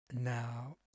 now